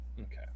Okay